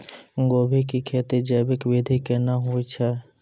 गोभी की खेती जैविक विधि केना हुए छ?